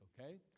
okay